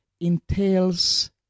entails